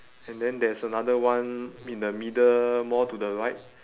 and then there's another one in the middle more to the right